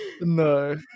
no